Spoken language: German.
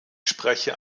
spreche